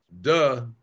Duh